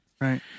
right